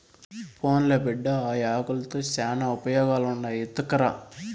పోన్లే బిడ్డా, ఆ యాకుల్తో శానా ఉపయోగాలుండాయి ఎత్తకరా